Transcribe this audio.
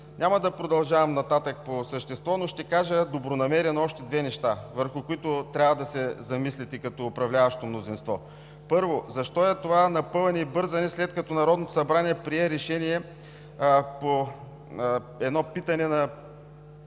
Няма да продължавам нататък по същество, но ще кажа добронамерено още две неща, върху които трябва да се замислите като управляващо мнозинство. Първо, защо е това напъване и бързане, след като Народното събрание прие решение по едно питане на